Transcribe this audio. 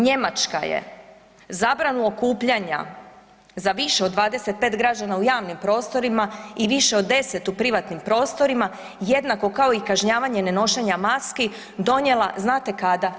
Njemačka je zabranu okupljanja za više od 25 građana u javnim prostorima i više od 10 u privatnim prostorima jednako kao i kažnjavanje nenošenja maski donijela znate kada?